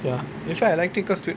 actually I liked it because sw~